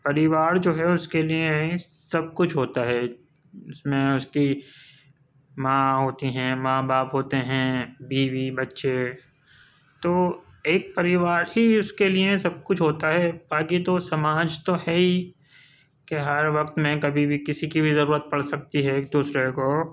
پریوار جو ہے اُس کے لیے ہی سب کچھ ہوتا ہے اُس میں اُس کی ماں ہوتی ہیں ماں باپ ہوتے ہیں بیوی بچے تو ایک پریوار ہی اُس کے لیے سب کچھ ہوتا ہے باقی تو سماج تو ہے ہی کہ ہر وقت میں کبھی بھی کسی کی بھی ضرورت پڑ سکتی ہے ایک دوسرے کو